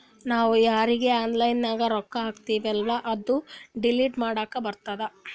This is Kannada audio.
ನಾವ್ ಯಾರೀಗಿ ಆನ್ಲೈನ್ನಾಗ್ ರೊಕ್ಕಾ ಹಾಕ್ತಿವೆಲ್ಲಾ ಅದು ಡಿಲೀಟ್ ಮಾಡ್ಲಕ್ ಬರ್ತುದ್